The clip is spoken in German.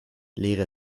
leere